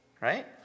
right